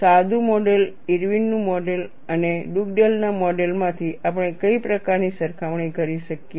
સાદું મોડેલ ઈરવિનનું model Irwin's model અને ડુગડેલના મોડેલ Dugdale's model માંથી આપણે કઈ પ્રકારની સરખામણી કરી શકીએ